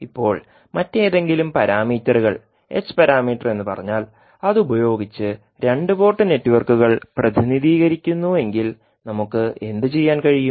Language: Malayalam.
ഇപ്പോൾ മറ്റേതെങ്കിലും പാരാമീറ്ററുകൾ h പാരാമീറ്റർ എന്ന് പറഞ്ഞാൽ അതുപയോഗിച്ച് രണ്ട് പോർട്ട് നെറ്റ്വർക്കുകൾ പ്രതിനിധീകരിക്കുന്നുവെങ്കിൽ നമുക്ക് എന്തുചെയ്യാൻ കഴിയും